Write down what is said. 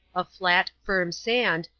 of flat, firm sand,